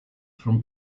from